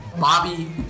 Bobby